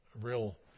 real